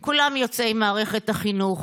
כולם יוצאי מערכת החינוך.